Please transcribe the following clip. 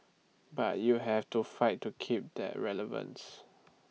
but you have to fight to keep that relevance